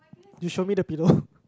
you show me the pillow